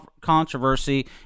controversy